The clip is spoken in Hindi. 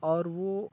और वह